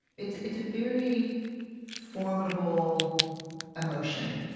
it's it's a very formidable emotion.